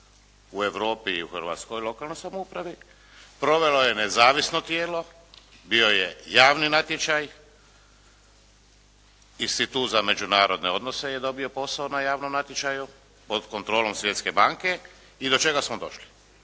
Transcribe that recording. u Europi i u Hrvatskoj lokalnoj samoupravi, provelo je nezavisno tijelo, bio je javni natječaj, Institut za međunarodne odnose je dobio posao na javnom natječaju pod kontrolom Svjetske banke. I do čega smo došli?